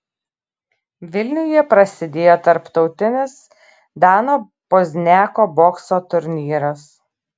vilniuje prasidėjo tarptautinis dano pozniako bokso turnyras